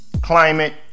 climate